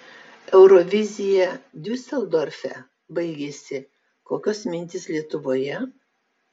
eurovizija diuseldorfe baigėsi kokios mintys lietuvoje